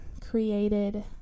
created